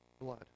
blood